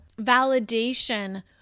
validation